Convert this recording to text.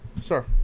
sir